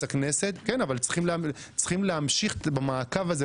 הכנסת או --- אבל צריך להמשיך עם המעקב הזה,